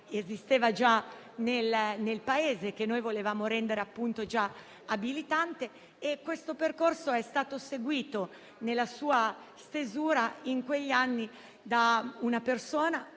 esisteva nel Paese e che noi volevamo rendere abilitante. Questo percorso è stato seguito, nella sua stesura in quegli anni, da una persona